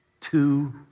Two